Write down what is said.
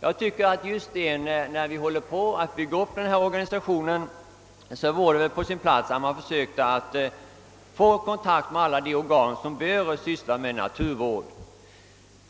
Jag tycker att just när vi håller på att bygga upp denna organisation vore det på sin plats att försöka få kontakt med alla de organ som bör syssla med naturvård.